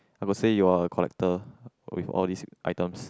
have a say you are a collector with all this items